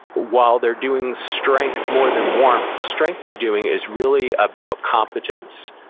while they're doing strength more than warm, the strength they're doing is really about competence.